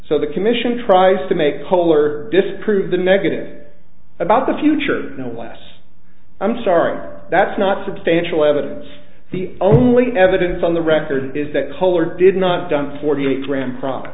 so the commission tries to make poll or disprove the negative about the future no less i'm sorry that's not substantial evidence the only evidence on the record is that color did not done forty eight gram crop